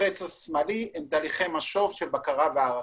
החץ השמאלי הם תהליכי משוב של בקרה והערכה.